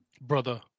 Brother